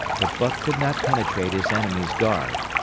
but buck could not penetrate his enemy's guard.